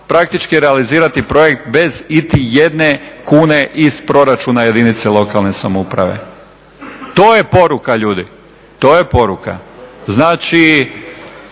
praktički realizirati projekt bez iti jedne kune iz proračuna jedinice lokalne samouprave. To je poruka ljudi, to je poruka. Znači